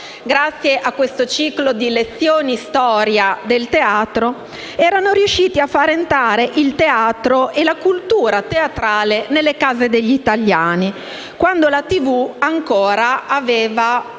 grazie a questo ciclo di lezioni-storia del teatro, erano riusciti a fare entrare il teatro e la cultura teatrale nelle case degli italiani, quando la TV aveva